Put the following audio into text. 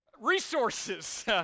resources